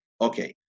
okay